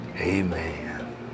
amen